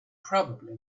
probably